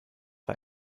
für